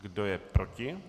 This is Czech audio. Kdo je proti?